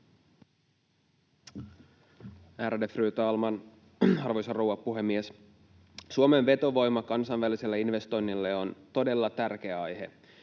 fru talman, arvoisa rouva puhemies! Suomen vetovoima kansainvälisille investoinneille on todella tärkeä aihe.